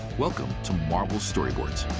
welcome to marvel storyboards.